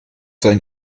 sein